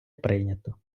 прийнято